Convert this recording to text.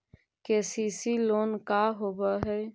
KCC loan का होब हइ?